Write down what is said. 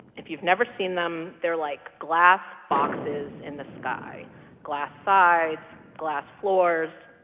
if you've never seen them, they're like glass boxes in the sky glass sides, glass floors.